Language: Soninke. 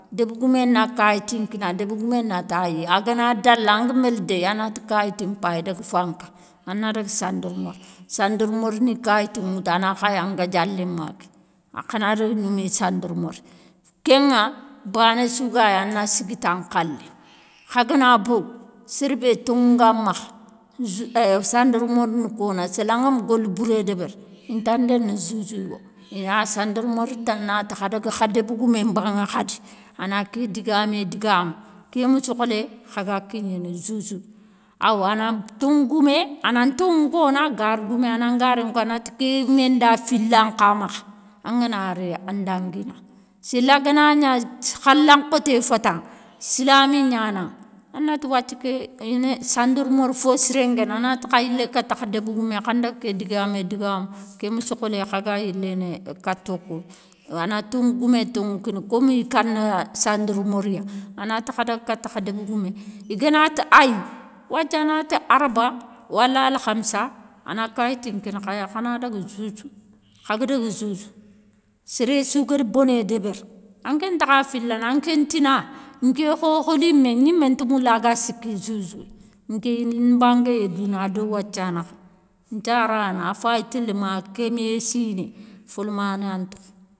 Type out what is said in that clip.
Débégoumé na kayiti kinaŋa, débégoumé nati ayi, agana dala anga mél déy anati kayiti mpayi daga fanka, an nadaga sandarmori, sandarmori ni kayiti nŋwoutou ana khaya ngadia léma ké. an khana daga gnoumi sandarmori. Kén ŋa, bané sou ga yéy ana siguita nkhalé, kha gana bogou, sér bé tonŋou nga makha, ju euuh sandarmori ni kona. séla ngami goli bouré débéri, inta ndéné juge wo, ina sandarmori tana tékh adaga kha débégoumé mbanŋé khadi, ana ké digamé digamou, kémi sokholé khaga kignéné joujou. Awa ana tounŋougoumé, ana ntonŋou kona, gare goumé ana ngaré nko, anati kémé nda fila nkha makha, angana ri an danguina, séla ganagna khala nkhoté fétanŋa, silami gnananŋa, anati wathia ké, ini sandarmori fo siré nguéni anati kha yilé kata kha débégoumé khan ndaga ké digamé digamou, kémissokholé khaga yiléné kato kouy, ana tonŋou goumé tonŋou nkineyi, komi ikana sandarmoriya, anati kha daga kati kha débégoumé, iganati ayi, wathia anati arba, wala alkhamssa, ana kayiti nkini khaya, khana daga juge, khaga daga juge, séréssou gari boné débéri anké ntakha filana, anké ntina, nké khokholinmé gnimé nta moula ga siki juge, nké mbangayé douna ado wathia nakha, nthiarana afay télé ma kémé siné folamané ya ntokho.